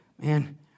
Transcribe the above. Man